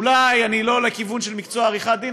אולי אני לא לכיוון של מקצוע עריכת דין.